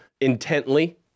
intently